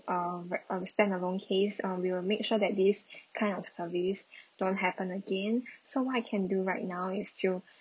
uh ver~ uh standalone case uh we will make sure that this kind of service don't happen again so what I can do right now is to